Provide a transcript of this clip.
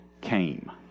came